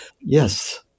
Yes